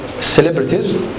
celebrities